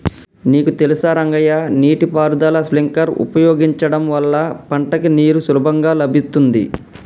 నీకు తెలుసా రంగయ్య నీటి పారుదల స్ప్రింక్లర్ ఉపయోగించడం వల్ల పంటకి నీరు సులభంగా లభిత్తుంది